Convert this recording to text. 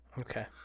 Okay